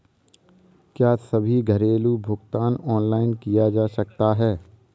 क्या सभी घरेलू भुगतान ऑनलाइन किए जा सकते हैं?